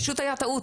פשוט היה טעות.